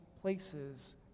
places